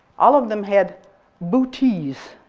all of them had booties